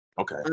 okay